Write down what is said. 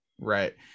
Right